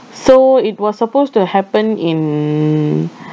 so it was supposed to happen in